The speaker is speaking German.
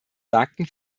sagten